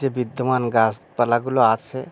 যে বিদ্যমান গাছপালাগুলো আছে